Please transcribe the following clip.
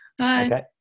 Hi